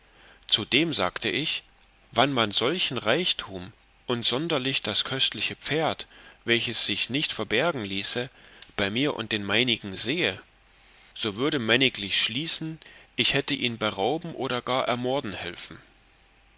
zudem sagte ich wann man solchen reichtum und sonderlich das köstliche pferd welches sich nicht verbergen ließe bei mir und den meinigen sehe so würde männiglich schließen ich hätte ihn berauben oder gar ermorden helfen